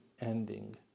ending